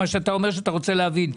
מה שאתה אומר שאתה רוצה להבין.